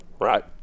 right